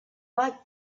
like